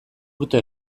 urte